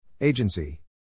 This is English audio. Agency